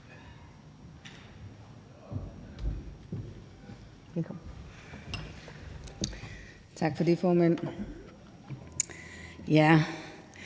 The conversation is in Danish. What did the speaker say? Tak for det, formand. Jeg